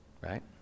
right